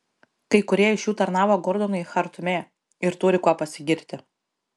kai kurie iš jų tarnavo gordonui chartume ir turi kuo pasigirti